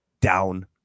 down